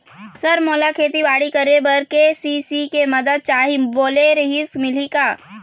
Sir मोला खेतीबाड़ी करेबर के.सी.सी के मंदत चाही बोले रीहिस मिलही का?